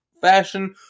fashion-